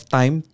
time